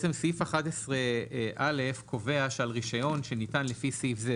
סעיף 11א קובע שעל רישיון שניתן לפי סעיף זה,